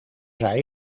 zei